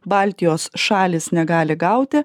baltijos šalys negali gauti